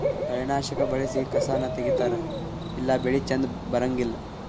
ಕಳೆನಾಶಕಾ ಬಳಸಿ ಕಸಾನ ತಗಿತಾರ ಇಲ್ಲಾ ಬೆಳಿ ಚಂದ ಬರಂಗಿಲ್ಲಾ